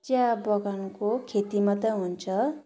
चिया बगानको खेती मात्रै हुन्छ